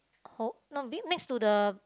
hold no bin next to the